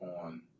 on